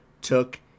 took